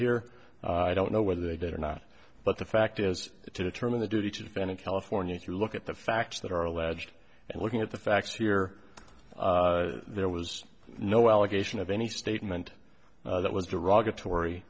here i don't know whether they did or not but the fact is to determine a duty to defend in california if you look at the facts that are alleged and looking at the facts here there was no allegation of any statement that was derogatory